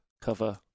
cover